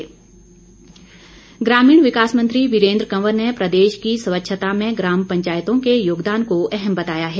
वीरेंद्र कंवर ग्रामीण विकास मंत्री वीरेंद्र कंवर ने प्रदेश की स्वच्छता में ग्राम पंचायतों के योगदान को अहम बताया है